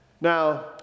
Now